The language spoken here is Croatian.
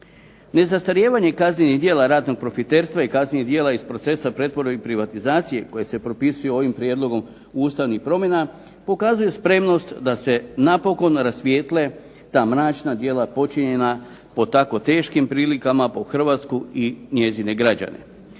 Ne zastarijevanje kaznenih djela ratnog profiterstva i kaznenih djela iz procesa pretvorbe i privatizacije koje se propisuju ovim prijedlogom ustavnih promjena pokazuju spremnost da se napokon rasvijetle ta mračna djela počinjena pod tako teškim prilikama po Hrvatsku i njezine građane.